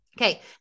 Okay